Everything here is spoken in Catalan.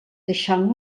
deixant